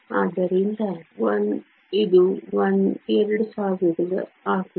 ಆದ್ದರಿಂದ ಇದು 1 2000 ಆಗಿದೆ